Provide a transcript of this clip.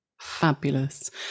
Fabulous